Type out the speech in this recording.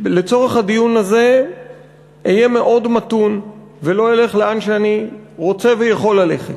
לצורך הדיון הזה אהיה מאוד מתון ולא אלך לאן שאני רוצה ויכול ללכת.